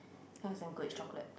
that was damn good it's chocolate